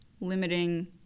limiting